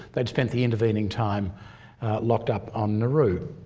they'd spent the intervening time locked up on nauru.